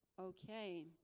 okay